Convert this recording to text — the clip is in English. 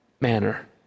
manner